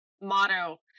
motto